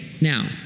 Now